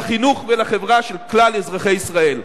לחינוך ולחברה של כלל אזרחי ישראל.